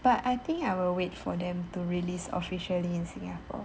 but I think I will wait for them to release officially in singapore